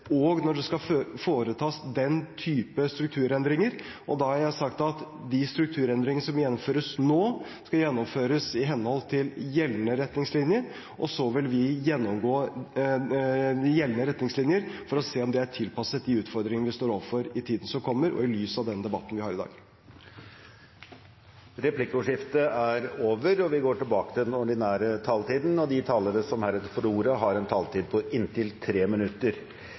både når det skal etableres nye arbeidsplasser, og når det skal foretas den typen strukturendringer. Da har jeg sagt at de strukturendringene som gjennomføres nå, skal gjennomføres i henhold til gjeldende retningslinjer, og så vil vi gjennomgå de gjeldende retningslinjer for å se om de er tilpasset de utfordringene vi står overfor i tiden som kommer, og i lys av denne debatten vi har i dag. Replikkordskiftet er omme. De talere som heretter får ordet, har en taletid på inntil 3 minutter.